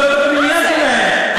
זאת הפנימייה שלהן.